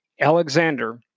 Alexander